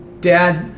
dad